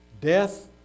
Death